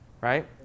right